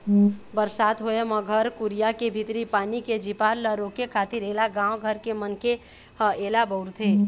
बरसात होय म घर कुरिया के भीतरी पानी के झिपार ल रोके खातिर ऐला गाँव घर के मनखे ह ऐला बउरथे